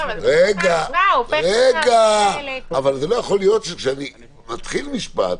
--- לא יכול להיות כשאני מתחיל משפט,